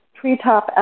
Treetop